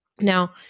Now